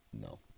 No